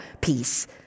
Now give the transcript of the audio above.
peace